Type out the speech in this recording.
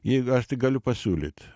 jeigu aš tik galiu pasiūlyt